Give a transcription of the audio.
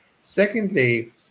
Secondly